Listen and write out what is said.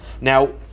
Now